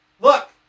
Look